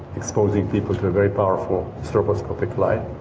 exposing people to a very powerful stroboscopic light